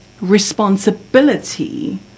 responsibility